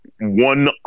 one